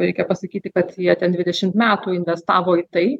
reikia pasakyti kad jie ten dvidešimt metų investavo į tai